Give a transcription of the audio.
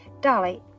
Dolly